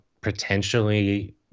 potentially